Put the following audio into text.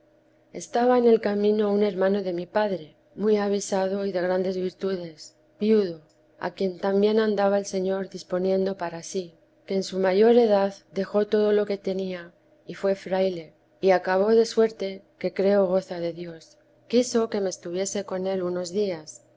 estaba en el camino un hermano de mi padre muy avisado y de grandes virtudes viudo a quien también andaba el señor disponiendo para sí que en su mayor edad dejó todo lo que tenía y fué fraile y acabó de suerte que creo goza de dios quiso que me estuviese con él unos días